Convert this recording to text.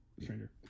stranger